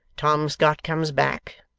tom scott comes back.